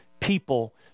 People